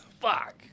fuck